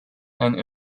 and